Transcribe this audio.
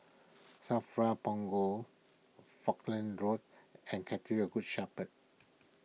Safra Punggol Falkland Road and Cathedral of Good Shepherd